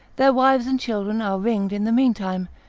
their wives and children are ringed in the meantime,